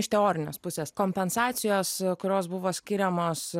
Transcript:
iš teorinės pusės kompensacijos kurios buvo skiriamos